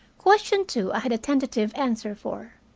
question two i had a tentative answer for.